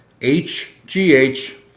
HGH